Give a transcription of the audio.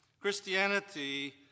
Christianity